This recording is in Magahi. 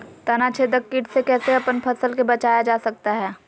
तनाछेदक किट से कैसे अपन फसल के बचाया जा सकता हैं?